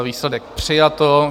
Výsledek: přijato.